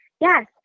Yes